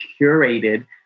curated